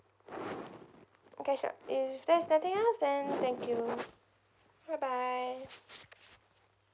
okay sure if there is nothing else then thank you bye bye